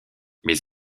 mais